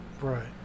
Right